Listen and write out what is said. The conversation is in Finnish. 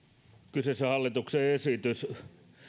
kyseessä on hallituksen esitys